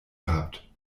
gehabt